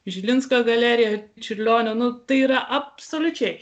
žilinsko galerija čiurlionio nu tai yra absoliučiai